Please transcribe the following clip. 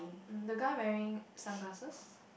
the guy wearing sunglasses